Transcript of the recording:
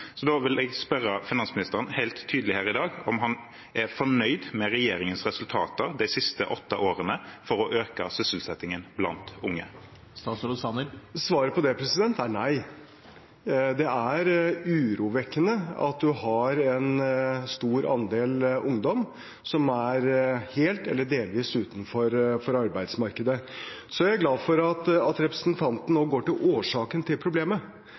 Da vil jeg spørre finansministeren helt tydelig her i dag om han er fornøyd med regjeringens resultater de siste åtte årene for å øke sysselsettingen blant unge. Svaret på det er nei. Det er urovekkende at man har en stor andel ungdom som er helt eller delvis utenfor arbeidsmarkedet. Så er jeg glad for at representanten nå går til årsaken til problemet,